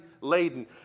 laden